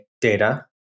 Data